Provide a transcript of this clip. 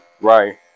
Right